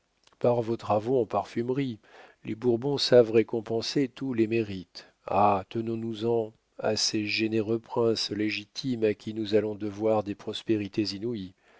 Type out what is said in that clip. par vos travaux en parfumerie les bourbons savent récompenser tous les mérites ah tenons nous en à ces généreux princes légitimes à qui nous allons devoir des prospérités inouïes